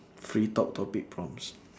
free talk topic prompts